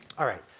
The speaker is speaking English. all right.